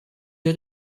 der